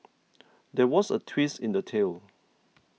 there was a twist in the tale